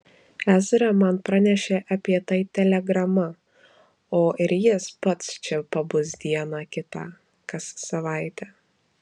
ezra man pranešė apie tai telegrama o ir jis pats čia pabus dieną kitą kas savaitę